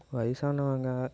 வயசானவங்க